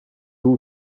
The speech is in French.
vous